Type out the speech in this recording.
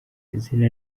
izina